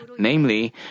Namely